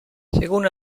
según